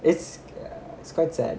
it's it's quite sad